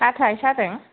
हाथाय सादों